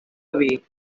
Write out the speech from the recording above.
away